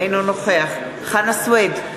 אינו נוכח חנא סוייד,